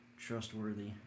trustworthy